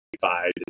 five